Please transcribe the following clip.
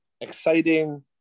exciting